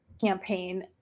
campaign